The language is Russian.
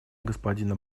господина